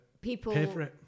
People